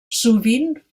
sovint